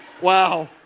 Wow